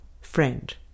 Friend